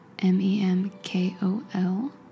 M-E-M-K-O-L